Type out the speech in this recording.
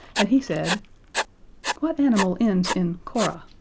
and he said what animal ends in cora?